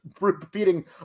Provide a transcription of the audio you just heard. repeating